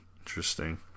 Interesting